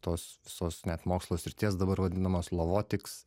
tos visos net mokslo srities dabar vadinamas lovotiks